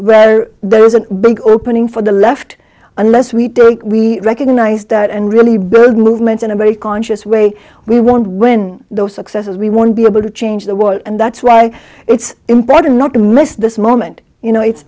where there is an opening for the left unless we don't we recognize that and really build movements in a very conscious way we want when those successes we want to be able to change the world and that's why it's important not to miss this moment you know it's